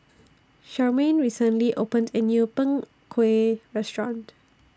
Charmaine recently opened A New Png Kueh Restaurant